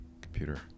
computer